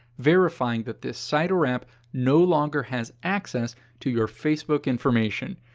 verifying that this site or app no longer has access to your facebook information.